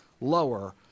lower